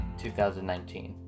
2019